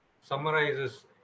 summarizes